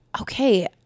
Okay